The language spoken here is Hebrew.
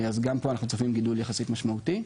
אז גם פה אנחנו צופים גידול יחסית משמעותי.